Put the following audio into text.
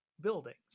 buildings